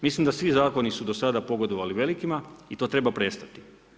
Mislim da su svi zakoni do sada pogodovali velikima i to treba prestati.